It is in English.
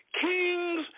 kings